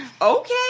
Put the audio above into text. okay